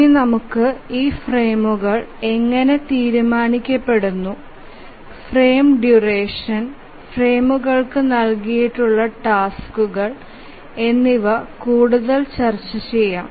ഇപ്പോൾ ഈ ഫ്രെയിമുകൾ എങ്ങനെ തീരുമാനിക്കപ്പെടുന്നു ഫ്രെയിം ഡ്യൂറേഷൻ ഫ്രെയിമുകൾക്ക് നൽകിയിട്ടുള്ള ടാസ്ക്കുകൾ എന്നിവ ചർച്ചചെയ്യാം